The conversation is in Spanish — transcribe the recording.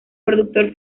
productor